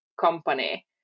company